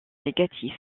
négatif